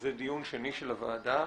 זה דיון שני של הוועדה.